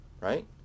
right